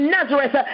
Nazareth